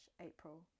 April